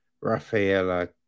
Rafaela